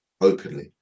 openly